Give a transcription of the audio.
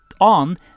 on